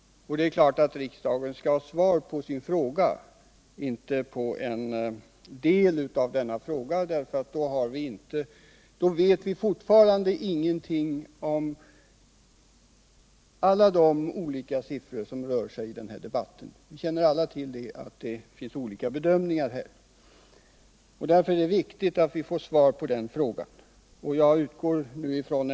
Det är klart att riksdagen skall ha svar på hela sin fråga och inte på en del av denna fråga, eftersom vi i så fall fortfarande inte kommer att veta någonting om alla de siffror som förekommer i den här debatten. Vi känner alla till att det finns olika bedömningar, och det är alltså viktigt att vi får svar på den frågan.